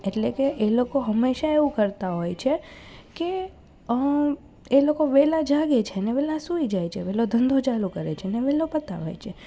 એટલે કે એ લોકો હંમેશા એવું કરતા હોય છે કે એ લોકો વહેલાં જાગે છે ને વહેલાં સૂઈ જાય વહેલો ધંધો ચાલુ કરે છે ને વહેલો પતાવે છે